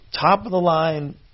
top-of-the-line